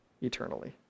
eternally